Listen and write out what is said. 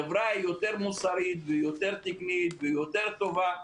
חברה היא יותר מוסרית, יותר תקנית, יותר טובה,